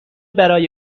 برای